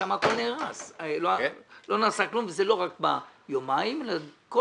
שם הכול נהרס וזה לא רק ביומיים אלא כל